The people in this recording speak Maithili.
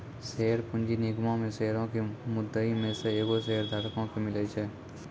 शेयर पूंजी निगमो मे शेयरो के मुद्दइ मे से एगो शेयरधारको के मिले छै